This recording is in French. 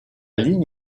ligne